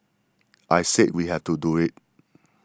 I said we have to do it